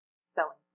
selling